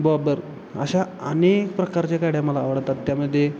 bobber अशा अनेक प्रकारच्या गाड्या मला आवडतात त्यामध्ये